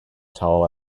towel